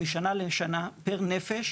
משנה לשנה פר נפש